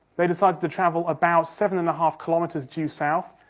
they decided to travel about seven and a half kilometres due south,